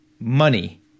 money